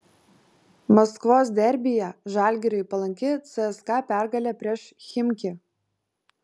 maskvos derbyje žalgiriui palanki cska pergalė prieš chimki